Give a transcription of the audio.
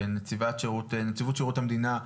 כנציבות שירות המדינה,